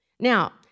Now